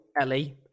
Ellie